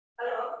Hello